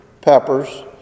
peppers